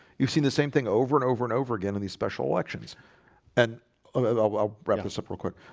you've seen the same thing over and over and over again in these special elections and i'll wrap this up real quick